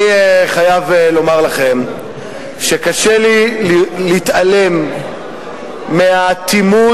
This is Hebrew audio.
אני חייב לומר לכם שקשה לי להתעלם מהאטימות,